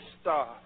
star